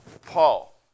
Paul